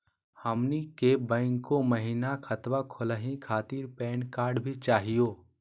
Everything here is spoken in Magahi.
हमनी के बैंको महिना खतवा खोलही खातीर पैन कार्ड भी चाहियो?